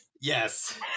yes